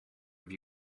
have